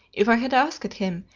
if i had asked him,